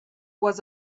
was